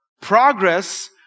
Progress